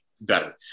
better